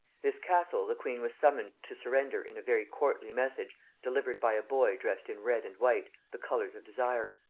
this castle the queen was summoned to surrender in a very courtly message delivered by a boy dressed in red and white, the colours of desire.